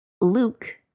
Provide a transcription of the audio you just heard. Luke